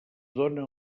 dóna